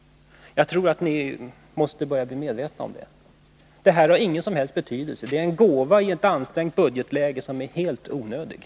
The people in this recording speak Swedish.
Är det inte dags att inse det? Det här nya systemet har ingen som helst betydelse. Det är en gåva som är helt onödig i ett ansträngt budgetläge.